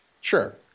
Sure